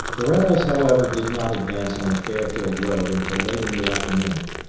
the rebels, however, did not advance on the fairfield road until late in the afternoon.